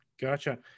Gotcha